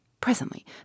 Presently